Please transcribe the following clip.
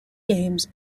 games